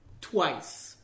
Twice